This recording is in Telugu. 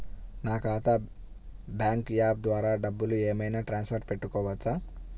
నా ఖాతా బ్యాంకు యాప్ ద్వారా డబ్బులు ఏమైనా ట్రాన్స్ఫర్ పెట్టుకోవచ్చా?